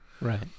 Right